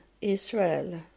Israel